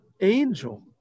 angel